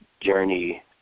journey